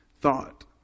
thought